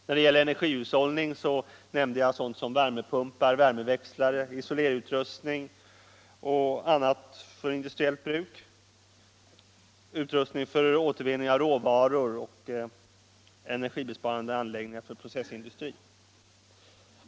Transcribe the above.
När det gäller energihushållningen nämnde jag: värmepumpar, värmeväxlare, isoleringsutrustning och annat för industriellt bruk, t.ex. utrustning för återvinning av råvaror och energibesparande anläggningar för processindustri.